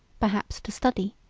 perhaps to study,